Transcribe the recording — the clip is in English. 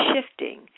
shifting